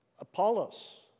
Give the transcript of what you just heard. Apollos